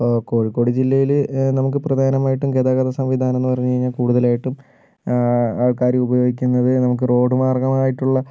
കോഴിക്കോട് ജില്ലയില് നമുക്ക് പ്രധാനമായിട്ടും ഗതാഗതമെന്നു പറഞ്ഞു കഴിഞ്ഞാല് നമുക്ക് കൂടുതലായിട്ടും ആള്ക്കാര് ഉപയോഗിക്കുന്നത് നമുക്ക് റോഡു മാര്ഗ്ഗം ഉള്ള